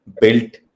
built